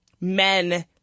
men